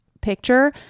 picture